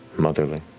motherly.